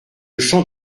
champ